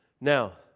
Now